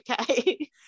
okay